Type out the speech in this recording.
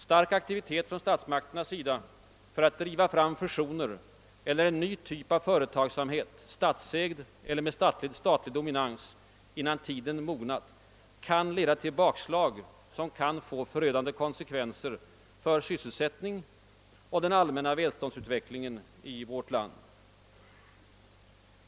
Stark aktivitet från statsmakternas sida för att driva fram fusioner eller en ny typ av företagsamhet, statsägd eller med statlig dominans, innan tiden mognat, kan leda till bakslag, som kan få förödande konsekvenser för sysselsättningen och den allmänna välståndsutvecklingen i vårt land.